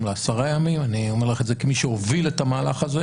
לעשרה ימים אני אומר לך את זה כמי שהוביל את המהלך הזה